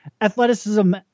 athleticism